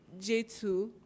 J2